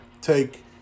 take